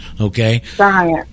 okay